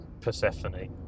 Persephone